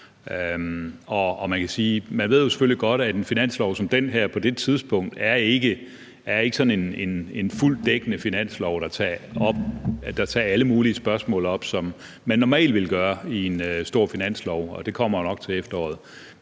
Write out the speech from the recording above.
man jo selvfølgelig godt ved, at et finanslovsforslag som det her på dette tidspunkt ikke er et fuldt dækkende finanslovsforslag, der tager alle mulige spørgsmål op, som man normalt ville gøre i et stort finanslovsforslag, og det kommer jo nok til efteråret,